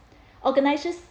organizers